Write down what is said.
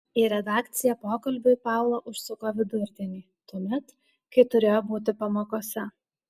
į redakciją pokalbiui paula užsuko vidurdienį tuomet kai turėjo būti pamokose